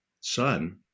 son